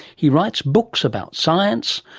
he writes books about science.